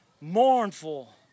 mournful